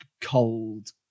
cold